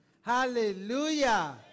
Hallelujah